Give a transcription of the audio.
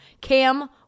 Cam